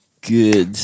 Good